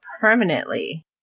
permanently